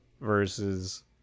versus